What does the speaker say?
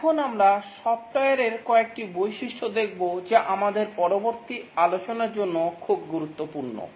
এখন আমরা সফ্টওয়্যারের কয়েকটি বৈশিষ্ট্য দেখব যা আমাদের পরবর্তী আলোচনার জন্য খুব গুরুত্বপূর্ণ